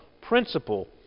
principle